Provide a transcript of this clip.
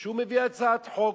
שהוא מביא הצעת חוק.